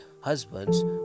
husbands